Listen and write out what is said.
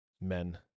men